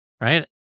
right